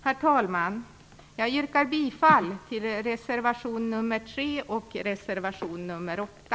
Herr talman! Jag yrkar bifall till reservation nr 3